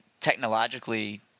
technologically –